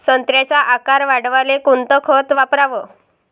संत्र्याचा आकार वाढवाले कोणतं खत वापराव?